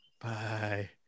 Bye